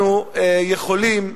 אנחנו יכולים,